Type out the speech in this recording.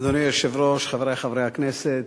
אדוני היושב-ראש, חברי חברי הכנסת,